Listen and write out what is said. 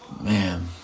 Man